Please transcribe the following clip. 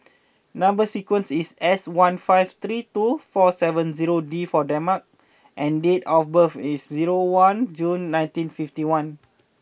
number sequence is S one five three two four seven zero D for the mart and date of birth is zero one June nineteen fifty one